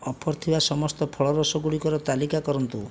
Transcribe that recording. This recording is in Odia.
ଅଫର୍ ଥିବା ସମସ୍ତ ଫଳରସ ଗୁଡ଼ିକର ତାଲିକା କରନ୍ତୁ